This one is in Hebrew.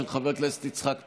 של חבר הכנסת יצחק פינדרוס.